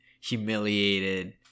humiliated